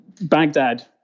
Baghdad